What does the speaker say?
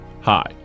hi